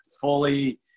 fully